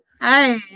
Hi